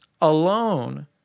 alone